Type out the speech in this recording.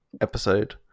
episode